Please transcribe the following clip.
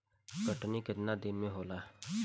कटनी केतना दिन मे होला?